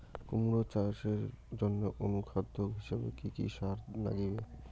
কুমড়া চাষের জইন্যে অনুখাদ্য হিসাবে কি কি সার লাগিবে?